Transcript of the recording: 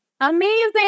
Amazing